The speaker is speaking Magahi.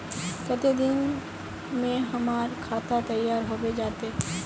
केते दिन में हमर खाता तैयार होबे जते?